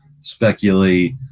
speculate